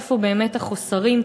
איפה באמת החוסרים,